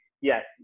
yes